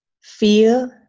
feel